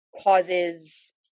causes